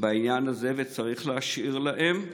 בעניין הזה, וצריך להשאיר להם.